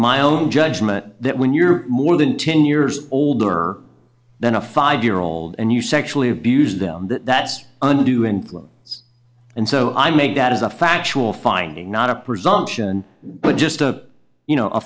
my own judgment that when you're more than ten years older than a five year old and you sexually abused them that that's undue influence and so i make that as a factual finding not a presumption but just a you know a